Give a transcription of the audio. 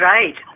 Right